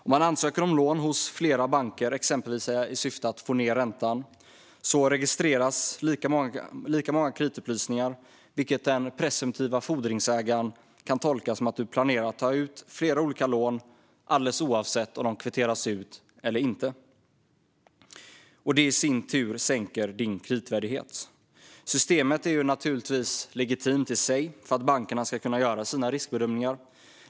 Om man ansöker om lån hos flera banker, exempelvis i syfte att få ned räntan, registreras lika många kreditupplysningar, vilket den presumtiva fordringsägaren kan tolka som att man planerar att ta flera olika lån alldeles oavsett om de kvitteras ut eller inte. Det i sin tur sänker kreditvärdigheten. Systemet är naturligtvis legitimt i sig för att bankerna ska kunna göra sina riskbedömningar.